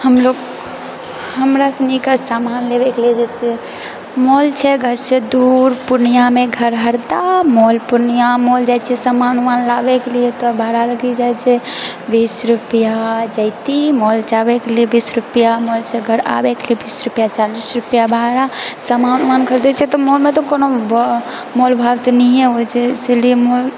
हमलोग हमरा सूनीके समान जेबे के जैसे मॉल छै घर से दूर पूर्णियामे घर हर तऽमॉल पूर्णिया मॉल जाइ छियै सामान ऊमान लाबएके लिए तऽ भाड़ा लगी जाइ छै बीस रुपैया जैती मॉल जाबै के लिए बीस रूपआ मॉल से घर आबैके लिए बीस रुपैआ चालीस रुपैआ भाड़ा सामान ऊमान ख़रीदै छियै तऽ मॉलमे तऽ कोनो मोल भाव तऽ नहिए होइत छै इसलिए मॉल